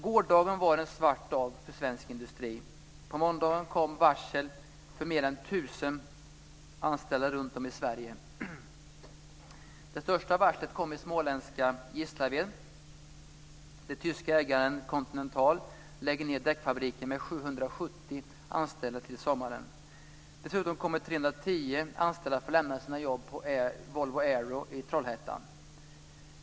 Gårdagen var en svart dag för svensk industri. På måndagen kom varsel för mer än 1 000 anställda runtom i Sverige. Det största varslet kom i småländska Gislaved, där tyska ägaren Continental lägger ned däckfabriken med 770 anställda till sommaren. Dessutom kommer 310 anställda att få lämna sina jobb på Volvo Aero i Trollhättan.